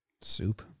Soup